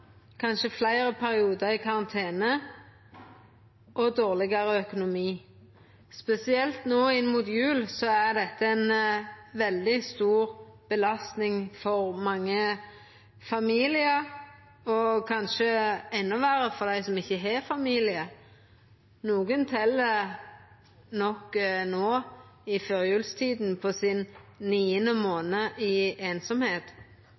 kanskje fleire periodar i karantene og dårlegare økonomi. Spesielt no inn mot jul er dette ei veldig stor belastning for mange familiar, og kanskje enno meir for dei som ikkje har familie. Nokon tel nok no i førjulstida på sin niande